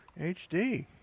HD